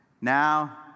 Now